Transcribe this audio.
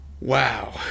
Wow